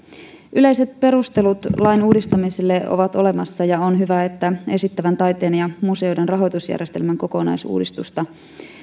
yleiset perustelut lain uudistamiselle ovat olemassa ja on hyvä että esittävän taiteen ja museoiden rahoitusjärjestelmän kokonaisuudistusta